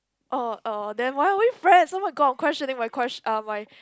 oh uh then why are we friends oh-my-god I'm questioning my ques~ uh my